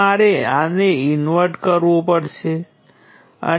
node 2 માંથી વહેતો current G છે